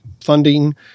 funding